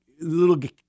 little